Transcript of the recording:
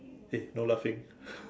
eh no laughing